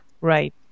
Right